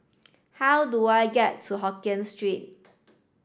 how do I get to Hokkien Street